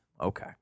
Okay